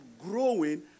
growing